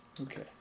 okay